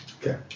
Okay